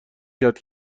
کرد